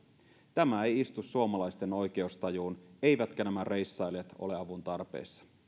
tämä ei istu suomalaisten oikeustajuun eivätkä nämä reissailijat ole avun tarpeessa